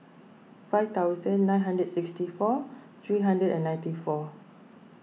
five thousand nine hundred and sixty four three hundred and ninety four